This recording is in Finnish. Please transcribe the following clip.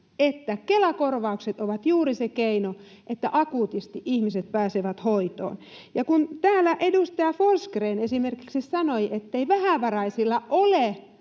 että Kela-korvaukset ovat juuri se keino, millä akuutisti ihmiset pääsevät hoitoon. Ja kun täällä esimerkiksi edustaja Forsgrén sanoi, ettei vähävaraisilla ole